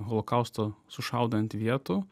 holokausto sušaudant vietų